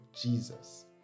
Jesus